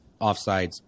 offsides